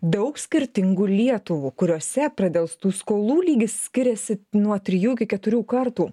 daug skirtingų lietuvų kuriose pradelstų skolų lygis skiriasi nuo trijų iki keturių kartų